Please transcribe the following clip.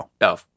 no